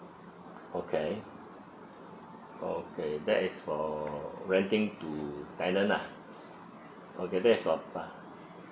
okay okay that is for renting to tenant ah okay that is all lah